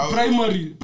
Primary